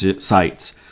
sites